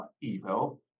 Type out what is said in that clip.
evil